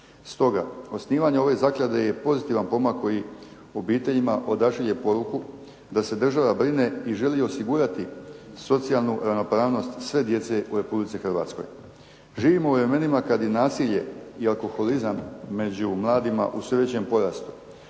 Stoga osnivanje ove zaklade je pozitivan pomak koji obiteljima odašilje poruku da se država brine i želi osigurati socijalnu ravnopravnost sve djece u Republici Hrvatskoj. Živimo u vremenima kada je nasilje i alkoholizam među mladima u sve većem porastu